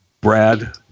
Brad